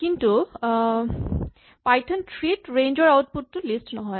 কিন্তু Python three ত range ৰ আউটপুট টো লিষ্ট নহয়